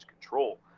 control